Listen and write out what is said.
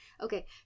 Okay